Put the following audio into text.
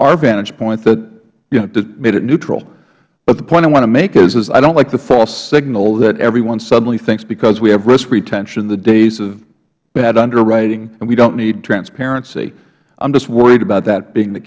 our vantage point it made it neutral but the point i want to make is i don't like the false signal that everyone suddenly thinks because we have risk retention the days of bad underwriting and we don't need transparency i am just worried about that being the